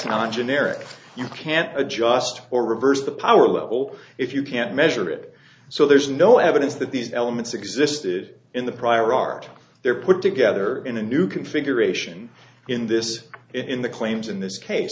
not generic you can't adjust or reverse the power level if you can't measure it so there's no evidence that these elements existed in the prior art they're put together in a new configuration in this in the claims in this case